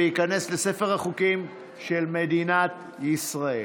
וייכנס לספר החוקים של מדינת ישראל.